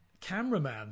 cameraman